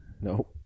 No